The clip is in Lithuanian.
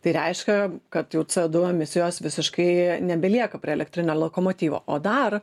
tai reiškia kad jau co du emisijos visiškai nebelieka prie elektrinio lokomotyvo o dar